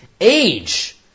Age